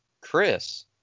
chris